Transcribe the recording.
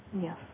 Yes